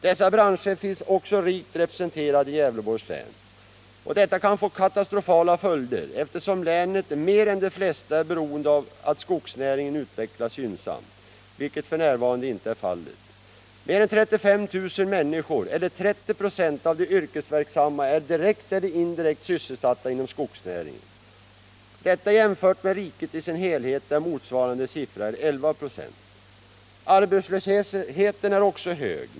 Dessa branscher finns också rikt representerade i Gävleborgs län. Detta kan få katastrofala följder eftersom länet mer än de flesta är beroende av att skogsnäringen utvecklas gynnsamt, vilket f. n. inte är fallet. Mer än 35 000 människor eller 3096 av de yrkesverksamma är direkt eller indirekt sysselsatta inom skogsnäringen. Detta jämfört med riket i dess helhet där motsvarande siffra är 11 96. Arbetslösheten är också hög.